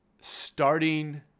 starting